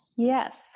Yes